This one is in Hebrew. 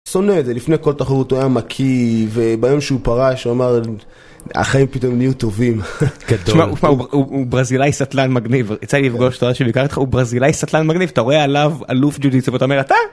שונא את זה לפני כל תחרות הוא היה מקיא וביום שהוא פרש הוא אמר החיים פתאום נהיו טובים. כן תשמע הוא ברזילאי סטלן מגניב יצא לי לפגוש אותו אז שביקרתי אותך הוא ברזילאי סטלן מגניב אתה רואה עליו אלוף ג׳ו ג׳יטסו ואתה אומר אתה.